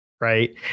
Right